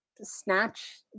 snatch